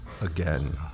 again